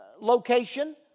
location